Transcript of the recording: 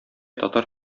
татар